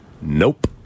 Nope